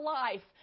life